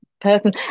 person